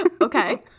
Okay